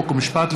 חוק ומשפט.